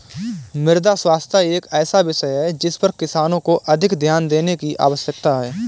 मृदा स्वास्थ्य एक ऐसा विषय है जिस पर किसानों को अधिक ध्यान देने की आवश्यकता है